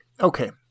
Okay